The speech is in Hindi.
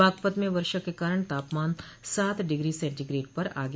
बागपत में वर्षा के कारण तापमान सात डिग्री सेन्टीग्रेट पर आ गया